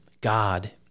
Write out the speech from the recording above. God